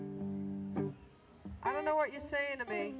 i don't know what you're saying to me